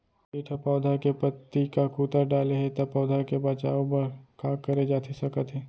किट ह पौधा के पत्ती का कुतर डाले हे ता पौधा के बचाओ बर का करे जाथे सकत हे?